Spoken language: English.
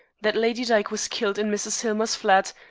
that lady dyke was killed in mrs. hillmer's flat,